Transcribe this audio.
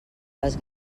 les